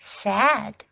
sad